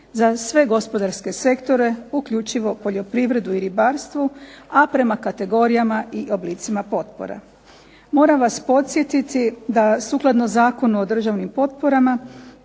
za sve gospodarske sektore uključivo poljoprivredu i ribarstvo, a prema kategorijama i oblicima potpora. Moram vas podsjetiti da sukladno Zakonu o državnim potporama